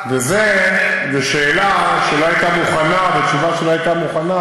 וזה לשאלה שלא הייתה מוכנה ותשובה שלא הייתה מוכנה,